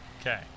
okay